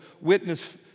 witness